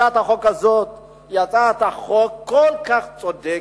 הצעת החוק הזאת היא הצעת חוק כל כך צודקת,